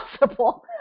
possible